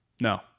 No